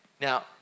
Now